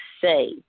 say